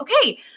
okay